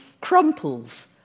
crumples